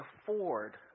afford